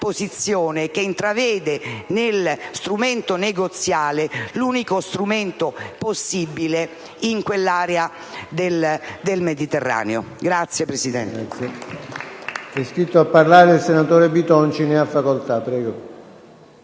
che intravede nello strumento negoziale l'unico strumento possibile in quell'area del Mediterraneo. *(Applausi